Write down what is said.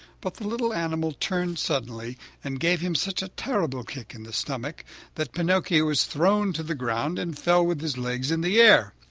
but the little animal turned suddenly and gave him such a terrible kick in the stomach that pinocchio was thrown to the ground and fell with his legs in the air.